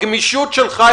הגמישות שלך,